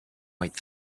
might